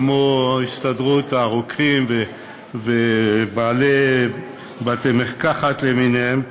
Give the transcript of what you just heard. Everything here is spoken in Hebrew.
כמו הסתדרות הרוקחים ובעלי בתי-המרקחת למיניהם.